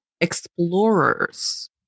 explorers